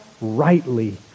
rightly